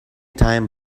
time